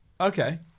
Okay